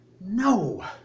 no